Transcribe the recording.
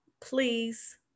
please